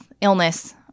illness